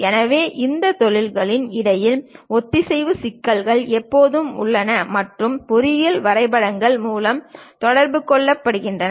எனவே இந்தத் தொழில்களுக்கு இடையில் ஒத்திசைவு சிக்கல்கள் எப்போதும் உள்ளன மற்றும் பொறியியல் வரைபடங்கள் மூலம் தொடர்பு கொள்ளப்படுகின்றன